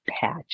patch